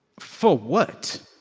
for what?